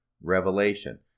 revelation